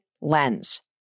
lens